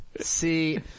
See